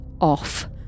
off